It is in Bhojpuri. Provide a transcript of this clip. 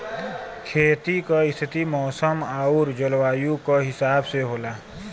खेती क स्थिति मौसम आउर जलवायु क हिसाब से होला